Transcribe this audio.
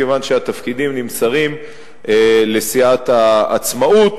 כי התפקידים נמסרים לסיעת העצמאות.